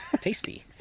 tasty